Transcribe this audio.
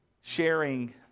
sharing